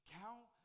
count